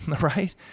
right